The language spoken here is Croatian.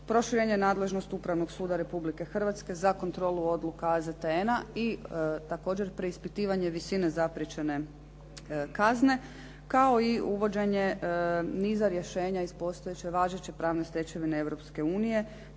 Proširena je nadležnost Upravnog suda Republike Hrvatske za kontrolu odluka …/Govornica se ne razumije./… i također preispitivanje visina zapriječene kazne, kao i uvođenje niza rješenja iz postojeće važeće pravne stečevine